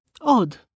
Odd